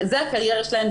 זו הקריירה שלהם,